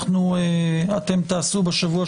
אתם תעשו בשבוע,